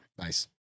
Nice